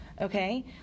okay